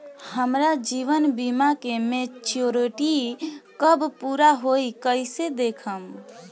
हमार जीवन बीमा के मेचीयोरिटी कब पूरा होई कईसे देखम्?